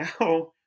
now